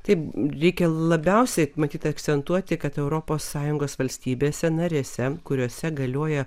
taip reikia labiausiai matyt akcentuoti kad europos sąjungos valstybėse narėse kuriose galioja